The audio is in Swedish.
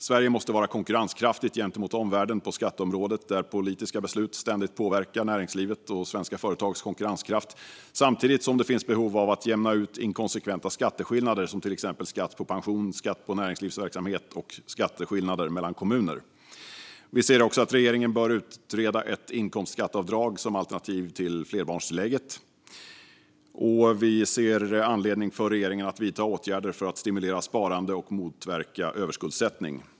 Sverige måste vara konkurrenskraftigt gentemot omvärlden på skatteområdet, där politiska beslut ständigt påverkar näringslivet och svenska företags konkurrenskraft, samtidigt som det finns behov av att jämna ut inkonsekventa skatteskillnader som exempelvis skatt på pension, skatt på näringslivsverksamheter och skatteskillnader mellan kommuner. Vi anser också att regeringen bör utreda ett inkomstskatteavdrag som alternativ till flerbarnstillägget. Vi ser även anledning för regeringen att vidta åtgärder för att stimulera sparande och motverka överskuldsättning.